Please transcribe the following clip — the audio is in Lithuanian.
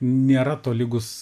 nėra tolygus